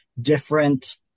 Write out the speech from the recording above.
different